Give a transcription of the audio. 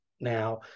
Now